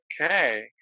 Okay